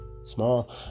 Small